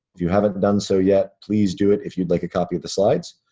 if you haven't done so yet, please do it if you'd like a copy of the slides.